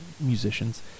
musicians